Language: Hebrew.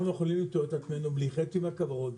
אנחנו יכולים למצוא את עצמנו בלי חצי מהכוורות.